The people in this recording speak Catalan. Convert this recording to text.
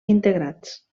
integrats